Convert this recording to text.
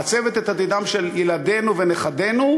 מעצבת את עתידם של ילדינו ונכדינו,